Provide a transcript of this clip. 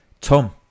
Tom